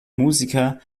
musiker